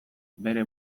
bere